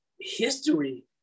history